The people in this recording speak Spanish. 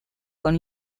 con